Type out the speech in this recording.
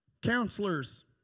counselors